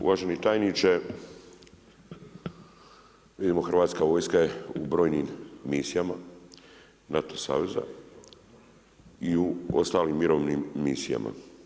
Uvaženi tajniče, vidimo Hrvatska vojska je u brojnim misijama NATO saveza i u ostalim mirovnim misijama.